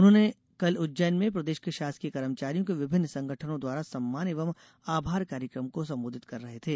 मुख्यमंत्री श्री चौहान कल उज्जैन में प्रदेश के शासकीय कर्मचारियों के विभिन्न संगठनों द्वारा सम्मान एवं आभार कार्यक्रम को संबोधित कर रहे थे